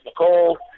Nicole